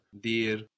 dear